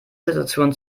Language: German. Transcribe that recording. situation